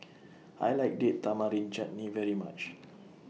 I like Date Tamarind Chutney very much